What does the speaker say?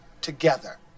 together